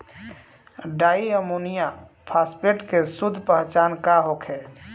डाई ammonium phosphate के शुद्ध पहचान का होखे?